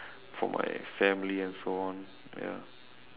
for my family and so on ya